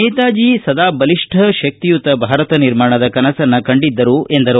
ನೇತಾಜಿ ಸದಾ ಬಲಿಷ್ಟ ಶಕ್ತಿಯುತ ಭಾರತ ನಿರ್ಮಾಣದ ಕನಸನ್ನು ಕಂಡಿದ್ದರು ಎಂದರು